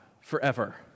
forever